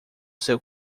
seu